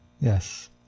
Yes